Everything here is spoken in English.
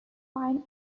fine